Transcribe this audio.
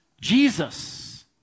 Jesus